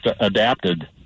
adapted